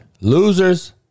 Losers